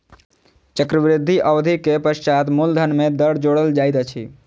चक्रवृद्धि अवधि के पश्चात मूलधन में दर जोड़ल जाइत अछि